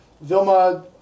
Vilma